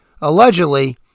Allegedly